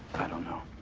don't know.